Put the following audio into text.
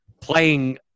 playing